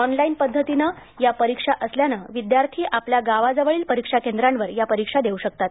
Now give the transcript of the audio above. online पध्दतीनं परिक्षा असल्यानं विद्यार्थी आपल्या गावाजवळील परिक्षा केंद्रावर परीक्षा देऊ शकतात